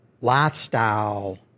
lifestyle